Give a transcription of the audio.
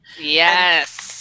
Yes